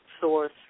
source